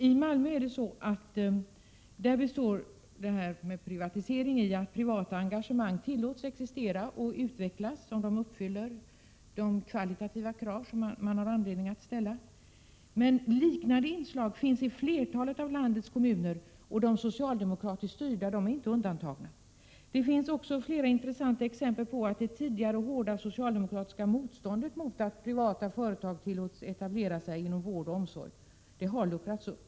I Malmö består privatiseringen i att privata engagemang tillåts existera och utvecklas om de uppfyller de kvalitativa krav som det finns anledning att ställa, men liknande inslag finns i flertalet av landets kommuner, och de socialdemokratiskt styrda är inte undantagna. Det finns också flera intressanta exempel på att det tidigare hårda socialdemokratiska motståndet mot att privata företag tillåts etablera sig inom vård och omsorg har luckrats upp.